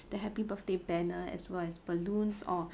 the happy birthday banner as well as balloons or